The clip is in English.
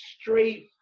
straight